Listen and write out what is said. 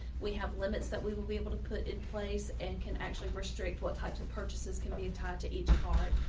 we have limits that we will be able to put in place and can actually restrict what types of purchases can be attached to each card.